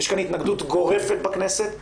יש כאן התנגדות גורפת בכנסת.